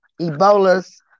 Ebola's